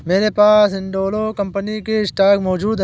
मेरे पास हिंडालको कंपनी के स्टॉक मौजूद है